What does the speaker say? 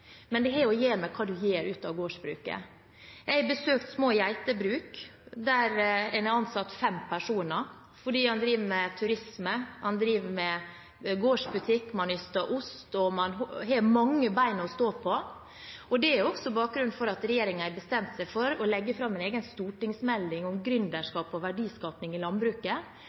men med hva man gjør ut av gårdsbruket. Jeg har besøkt små geitebruk der en har ansatt fem personer fordi en driver med turisme, man driver med gårdsbutikk, man yster ost – man har mange ben å stå på. Det er også bakgrunnen for at regjeringen har bestemt seg for å legge fram en egen stortingsmelding om